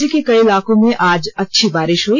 राज्य के कई इलाकों में आज अच्छी बारिष हई